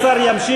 אדוני השר ימשיך.